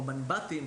או מנב"טים,